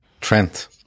Trent